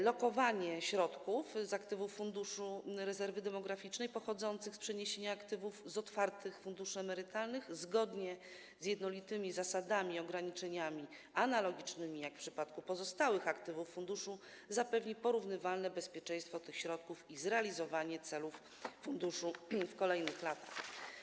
Lokowanie środków z aktywów Funduszu Rezerwy Demograficznej pochodzących z przeniesienia aktywów z otwartych funduszy emerytalnych zgodnie z jednolitymi zasadami i ograniczeniami analogicznymi jak w przypadku pozostałych aktywów funduszu zapewni porównywalne bezpieczeństwo tych środków i zrealizowanie celów funduszu w kolejnych latach.